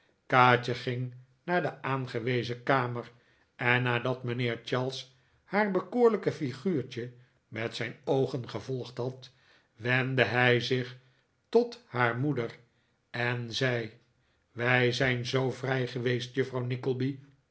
kaatje ging naar de aangewezen kamer en nadat mijnheer charles haar bekoorlijke figuurtje met zijn oogen gevolgd had wendde hij zich tot haar moeder en zei wij zijn zoo vrij geweest juffrouw